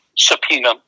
subpoena